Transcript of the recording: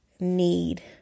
need